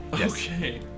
Okay